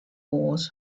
wars